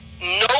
no